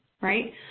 right